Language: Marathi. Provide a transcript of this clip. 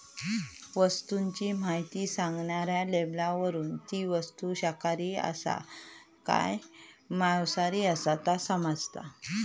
वस्तूची म्हायती सांगणाऱ्या लेबलावरून ती वस्तू शाकाहारींसाठी आसा काय मांसाहारींसाठी ता समाजता